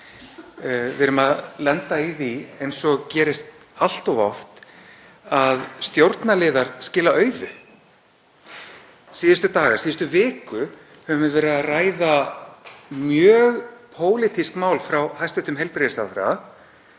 Við erum að lenda í því, eins og gerist allt of oft, að stjórnarliðar skila auðu. Síðustu daga, síðustu viku höfum við verið að ræða mjög pólitísk mál frá hæstv. heilbrigðisráðherra;